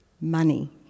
money